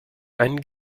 einen